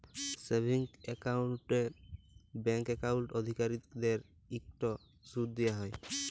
savings একাউল্টে bank account অধিকারীদেরকে ইকট সুদ দিয়া হ্যয়